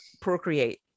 procreate